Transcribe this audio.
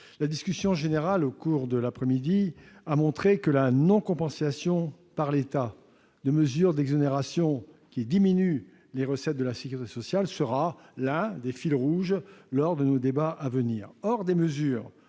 La discussion générale menée au cours de l'après-midi d'hier a montré que la non-compensation par l'État de mesures d'exonération qui diminuent les recettes de la sécurité sociale sera l'un des fils rouges de nos débats à venir.